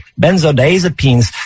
Benzodiazepines